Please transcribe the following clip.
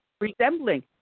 resembling